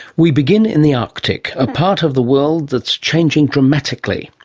we begin in the arctic, a part of the world that's changing dramatically.